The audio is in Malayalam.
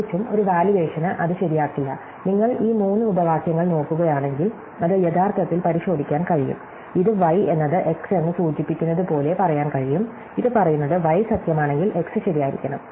പ്രത്യേകിച്ചും ഒരു വാല്യുവേഷനും അത് ശരിയാക്കില്ല നിങ്ങൾ ഈ മൂന്ന് ഉപവാക്യങ്ങൾ നോക്കുകയാണെങ്കിൽ അത് യഥാർത്ഥത്തിൽ പരിശോധിക്കാൻ കഴിയും ഇത് y എന്നത് x എന്ന് സൂചിപ്പിക്കുന്നതുപോലെ പറയാൻ കഴിയും ഇത് പറയുന്നത് y സത്യമാണെങ്കിൽ x ശരിയായിരിക്കണം